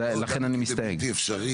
לכן אני מסתייג.